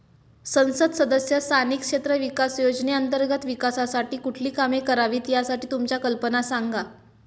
संसद सदस्य स्थानिक क्षेत्र विकास योजने अंतर्गत विकासासाठी कुठली कामे करावीत, यासाठी तुमच्या कल्पना सांगा